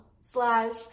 slash